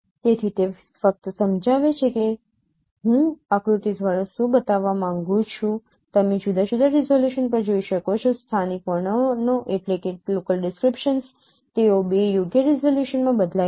તેથી તે ફક્ત સમજાવે છે કે હું આકૃતિ દ્વારા શું બતાવવા માંગુ છું તમે જુદા જુદા રિઝોલ્યુશન પર જોઈ શકો છો સ્થાનિક વર્ણનો તેઓ બે યોગ્ય રીઝોલ્યુશનમાં બદલાય છે